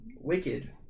Wicked